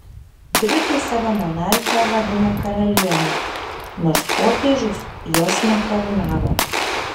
britai savo monarchę vadina karaliene nors popiežius jos nekarūnavo